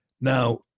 Now